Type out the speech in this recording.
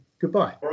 Goodbye